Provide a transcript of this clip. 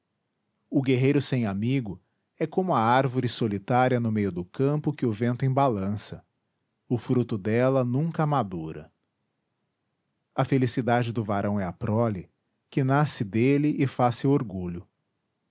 o guerreiro sem amigo é como a árvore solitária no meio do campo que o vento embalança o fruto dela nunca amadura a felicidade do varão é a prole que nasce dele e faz seu orgulho